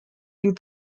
die